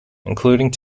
including